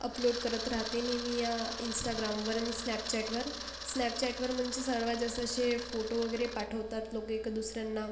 upload करत राहते नेहमी या इन्स्टाग्रामवर आणि स्नॅपचॅटवर स्नॅपचॅटवर म्हणजे सर्वांत जास्त असे फोटो वगैरे पाठवतात लोक एका दुसऱ्यांना